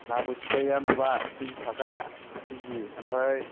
ना बोथियाय माब थिनस' थाखा खिजि ओमफाइ